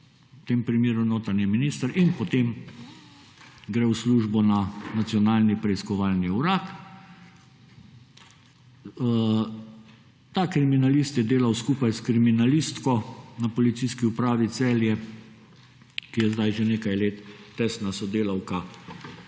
v tem primeru notranji minister in potem gre v službo na Nacionalni preiskovalni urad. Ta kriminalist je delal skupaj s kriminalistko na policijski upravi Celje, ki je zdaj že nekaj let tesna sodelavka